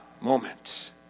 moment